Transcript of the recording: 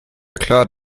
klar